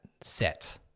set